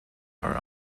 are